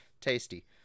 tasty